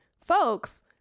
folks